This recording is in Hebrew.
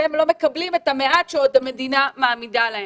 הם לא מקבלים את המעט שהמדינה מעמידה להם.